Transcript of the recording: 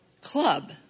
club